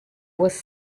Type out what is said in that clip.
was